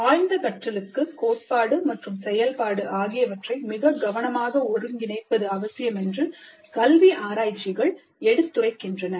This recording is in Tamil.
ஆழ்ந்த கற்றலுக்கு கோட்பாடு மற்றும் செயல்பாடு ஆகியவற்றை மிக கவனமாக ஒருங்கிணைப்பது அவசியமென்று கல்வி ஆராய்ச்சிகள் எடுத்துரைக்கின்றன